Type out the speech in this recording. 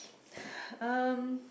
um